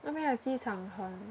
那边的机场很